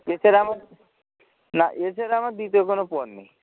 এছাড়া আমার না এছাড়া আমার দ্বিতীয় কোনো পথ নেই